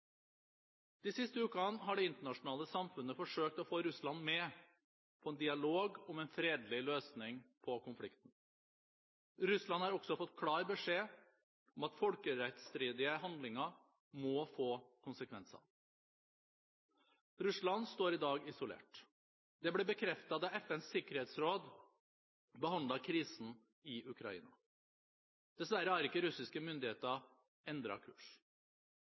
De siste ukene har det internasjonale samfunnet forsøkt å få Russland med på en dialog om en fredelig løsning på konflikten. Russland har også fått klar beskjed om at folkerettsstridige handlinger må få konsekvenser. Russland står i dag isolert. Det ble bekreftet da FNs sikkerhetsråd behandlet krisen i Ukraina. Dessverre har ikke russiske myndigheter endret kurs.